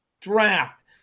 draft